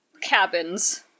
cabins